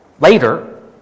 later